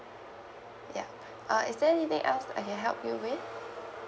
ya uh is there anything else that I can help you with